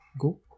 go